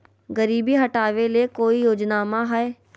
गरीबी हटबे ले कोई योजनामा हय?